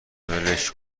ولش